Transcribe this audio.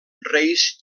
reis